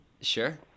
Sure